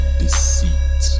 deceit